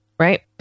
Right